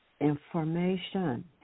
information